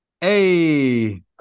Hey